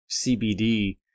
CBD